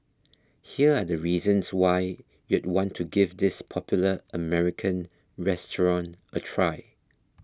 here are the reasons why you'd want to give this popular American restaurant a try